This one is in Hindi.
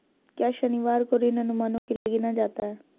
क्या शनिवार को ऋण अनुमानों के लिए गिना जाता है?